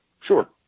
Sure